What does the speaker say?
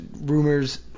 rumors